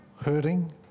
Hurting